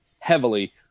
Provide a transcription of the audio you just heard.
heavily